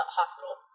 hospital